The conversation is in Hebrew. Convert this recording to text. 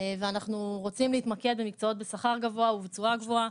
ואנחנו רוצים להתמקד במקצועות בשכר גבוה ובתשואה גבוהה,